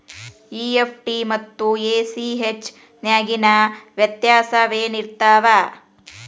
EFT ಮತ್ತ ACH ನ್ಯಾಗಿನ್ ವ್ಯೆತ್ಯಾಸೆನಿರ್ತಾವ?